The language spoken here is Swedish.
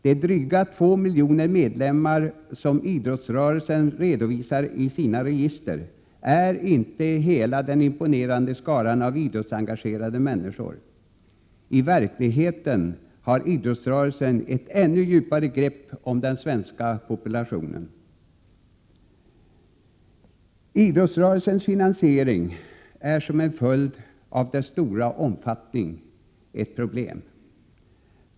De dryga 2 miljoner medlemmar som idrottsrörelsen redovisar i sina register är inte hela den imponerande skaran av idrottsengagerade människor. I verkligheten har idrottsrörelsen ett ännu djupare grepp om den svenska populationen. Idrottsrörelsens finansiering är som en följd av rörelsens stora omfattning ett problem.